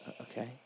Okay